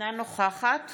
אינה נוכחת